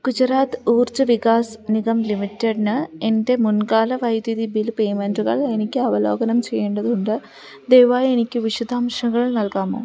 ഗുജറാത്ത് ഊർജ വികാസ് നിഗം ലിമിറ്റഡിന് എൻ്റെ മുൻകാല വൈദ്യുതി ബിൽ പേയ്മെൻ്റുകൾ എനിക്ക് അവലോകനം ചെയ്യേണ്ടതുണ്ട് ദയവായി എനിക്ക് വിശദാംശങ്ങൾ നൽകാമോ